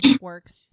works